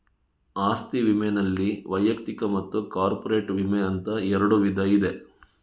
ಆಸ್ತಿ ವಿಮೆನಲ್ಲಿ ವೈಯಕ್ತಿಕ ಮತ್ತು ಕಾರ್ಪೊರೇಟ್ ವಿಮೆ ಅಂತ ಎರಡು ವಿಧ ಇದೆ